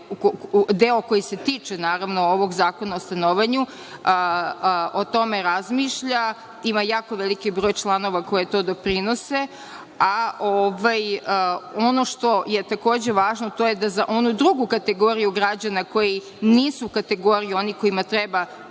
deo koji se tiče, naravno, ovog Zakona o stanovanju, o tome razmišlja, ima jako veliki broj članova koje to doprinose, a ono što je takođe važno, a to je za onu drugu kategoriju građana koji nisu kategorije onima kojima treba